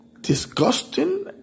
disgusting